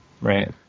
Right